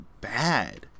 bad